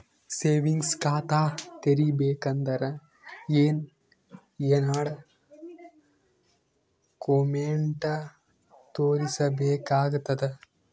Savings ಖಾತಾ ತೇರಿಬೇಕಂದರ ಏನ್ ಏನ್ಡಾ ಕೊಮೆಂಟ ತೋರಿಸ ಬೇಕಾತದ?